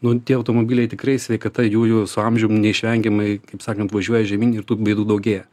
nu tie automobiliai tikrai sveikata jųjų su amžium neišvengiamai kaip sakant važiuoja žemyn ir tų bėdų daugėja